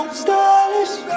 stylish